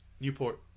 Newport